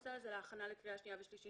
בנושא הזה להכנה לקריאה שנייה ושלישית.